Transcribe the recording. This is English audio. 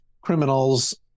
criminals